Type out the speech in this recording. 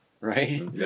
Right